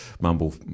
mumble